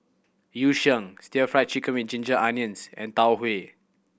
Yu Sheng still Fried Chicken with ginger onions and Tau Huay